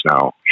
now